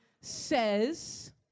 says